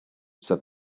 said